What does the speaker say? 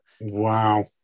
Wow